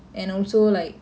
mm